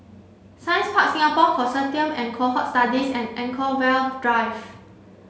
Science Park Singapore Consortium of Cohort Studies and Anchorvale Drive